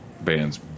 band's